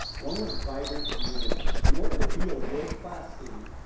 one with vibrant communities. in order to be a world-class city,